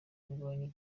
kurwanya